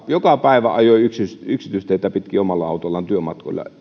joka päivä ajoi yksityisteitä pitkin omalla autollaan työmatkoilla